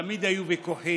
תמיד היו ויכוחים.